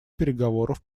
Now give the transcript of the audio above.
переговоров